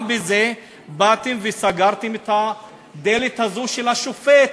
גם בזה באתם וסגרתם את הדלת הזו של השופט,